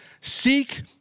seek